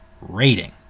rating